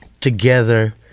together